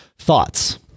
Thoughts